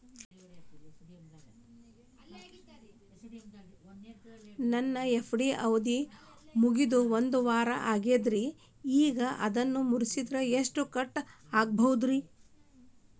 ನನ್ನ ಎಫ್.ಡಿ ಅವಧಿ ಮುಗಿದು ಒಂದವಾರ ಆಗೇದ್ರಿ ಈಗ ಅದನ್ನ ಮುರಿಸಿದ್ರ ಎಷ್ಟ ಕಟ್ ಆಗ್ಬೋದ್ರಿ?